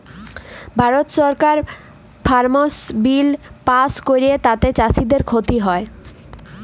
ভারত সরকার farmers bill pass ক্যরে তাতে চাষীদের খ্তি হ্যয়